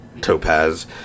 Topaz